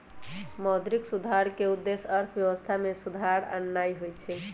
मौद्रिक सुधार के उद्देश्य अर्थव्यवस्था में सुधार आनन्नाइ होइ छइ